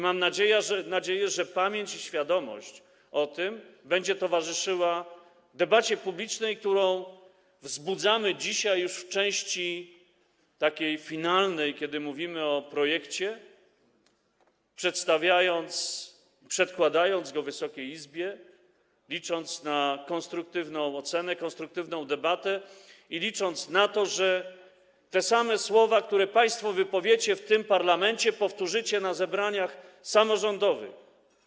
Mam nadzieję, że pamięć o tym i świadomość tego będą towarzyszyły debacie publicznej, którą przeprowadzamy dzisiaj już w części takiej finalnej, kiedy mówimy o projekcie, przedstawiając, przedkładając go Wysokiej Izbie, licząc na konstruktywną ocenę, na konstruktywną debatę i na to, że te same słowa, które państwo wypowiecie w tym parlamencie, powtórzycie na zebraniach samorządowych.